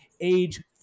age